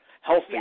Healthy